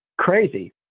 crazy